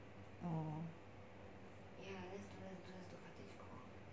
oh